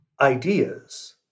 ideas